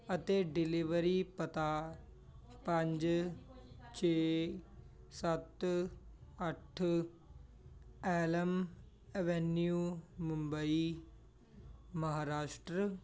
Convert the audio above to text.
ਅਤੇ ਡਿਲੀਵਰੀ ਪਤਾ ਪੰਜ ਛੇ ਸੱਤ ਅੱਠ ਐਲਮ ਅਵੈਨਿਊ ਮੁੰਬਈ ਮਹਾਂਰਾਸ਼ਟਰ